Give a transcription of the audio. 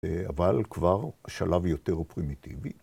אבל כבר שלב יותר פרימיטיבי.